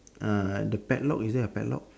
uh the padlock is there a padlock